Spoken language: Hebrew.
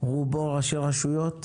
דירקטוריון הפיס רובו ראשי רשויות,